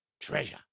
treasure